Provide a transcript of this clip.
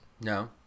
No